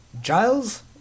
Giles